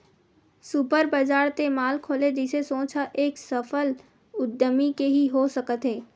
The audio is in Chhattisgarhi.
सुपर बजार ते मॉल खोले जइसे सोच ह एक सफल उद्यमी के ही हो सकत हे